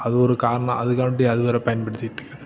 அது ஒரு காரணம் அதுக்காண்டி அது வேறே பயன்படுத்திட்டிருக்கறேன்